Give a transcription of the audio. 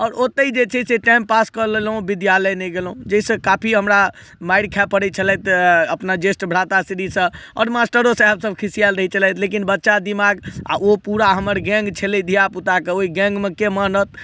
आओर ओतय जे छै से टाइम पास कऽ लेलहुँ विद्यालय नहि गेलहुँ जे से काफी हमरा मारि खाइ पड़य छलै हँ अपना ज्येष्ठ भ्राता श्रीसँ आओर मास्टरो साहेब सब खिसियाल रहय छलथि लेकिन बच्चा दिमाग आओर ओ पूरा हमर गैंग छलै धियापुताके ओइ गैंगमे के मानत